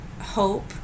hope